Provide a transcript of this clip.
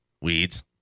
weeds